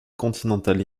continentale